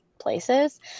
places